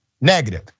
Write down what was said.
negative